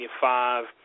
five